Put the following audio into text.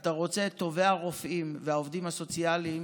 אתה רוצה שטובי הרופאים והעובדים הסוציאליים